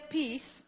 peace